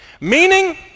Meaning